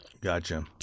Gotcha